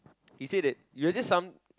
he say that you are just some